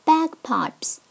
Bagpipes